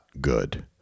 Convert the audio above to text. good